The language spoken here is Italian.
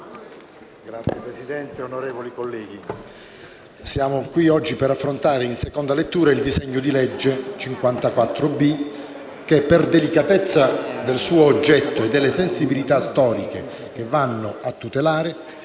Signor Presidente, onorevoli colleghi, siamo qui oggi per affrontare in seconda lettura il disegno di legge n. 54-C, il quale, per la delicatezza del suo oggetto e delle sensibilità storiche che va a tutelare,